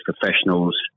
professionals